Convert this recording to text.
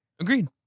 Agreed